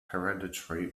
hereditary